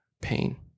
pain